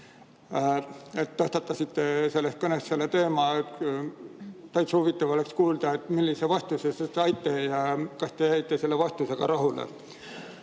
Tõstatasite selles kõnes selle teema. Täitsa huvitav oleks kuulda, millise vastuse te saite ja kas te jäite selle vastusega rahule.